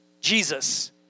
Jesus